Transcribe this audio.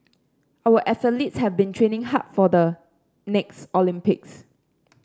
our athletes have been training hard for the next Olympics